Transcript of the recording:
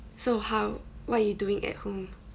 so how what you doing at home